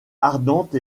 ardente